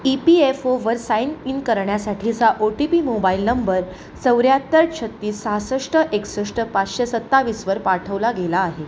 E P F ओवर sign in करण्यासाठीचा O T P mobile number चौऱ्याहत्तर छत्तीस सहासष्ट एकसष्ट पाचशे सत्तावीसवर पाठवला गेला आहे